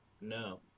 No